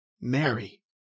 Mary